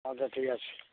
আচ্ছা ঠিক আছে